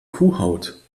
kuhhaut